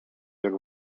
jak